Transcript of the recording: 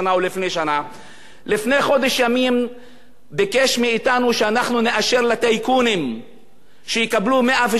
לפני חודש ימים ביקש מאתנו שאנחנו נאשר לטייקונים לקבל 117 מיליארד שקל,